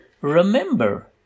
remember